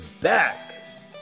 back